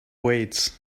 weights